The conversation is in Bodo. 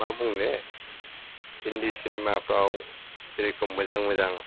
मा बुंनो हिन्दी सेनिमाफ्राव जेरखम मोजां मोजां